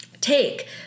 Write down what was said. take